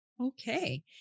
Okay